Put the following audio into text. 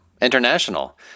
international